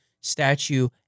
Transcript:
statue